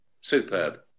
Superb